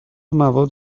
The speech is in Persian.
مواد